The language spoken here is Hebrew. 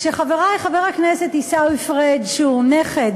כשחברי חבר הכנסת עיסאווי פריג', שהוא נכד